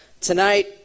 Tonight